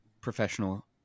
professional